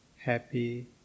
happy